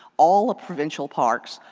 all prudential parks,